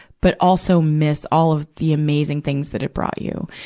but also miss all of the amazing things that it brought you.